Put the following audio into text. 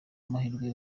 amahirwe